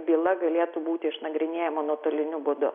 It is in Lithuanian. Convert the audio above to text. byla galėtų būti išnagrinėjama nuotoliniu būdu